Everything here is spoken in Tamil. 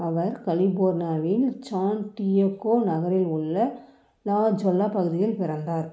அவர் கலிபோர்னியாவின் சான் டியக்கோ நகரில் உள்ள லா ஜொல்லா பகுதியில் பிறந்தார்